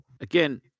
again—